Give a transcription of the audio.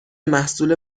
محصول